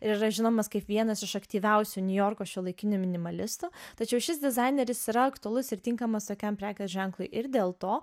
ir žinomas kaip vienas iš aktyviausių niujorko šiuolaikinių minimalistų tačiau šis dizaineris yra aktualus ir tinkamas tokiam prekės ženklui ir dėl to